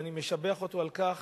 אני משבח אותו על כך